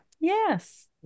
Yes